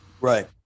Right